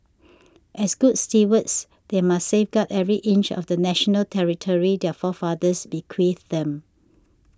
as good stewards they must safeguard every inch of national territory their forefathers bequeathed them